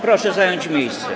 Proszę zająć miejsce.